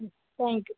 ம் தேங்க்யூ